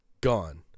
Gone